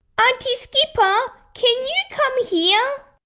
auntie skipper, can you come here?